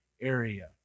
area